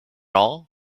all